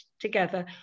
together